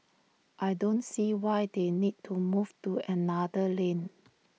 I don't see why they need to move to another lane